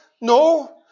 No